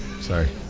Sorry